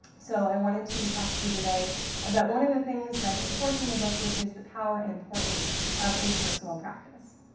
so, i wanted to talk to you today about one of the things that i put forth in the book which is the power and importance of a personal practice.